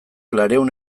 laurehun